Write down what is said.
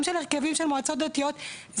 גם של הרכבים של מועצות דתיות,